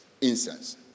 incense